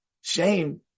shame